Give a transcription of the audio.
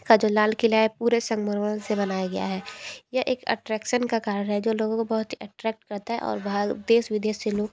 का जो लाल किला है पूरे संगमरमर से बनाया गया है यह एक अट्रैक्शन का कारण है जो लोगो को बहुत ही एट्रैक्ट करता है और बाहर देश विदेश से लोग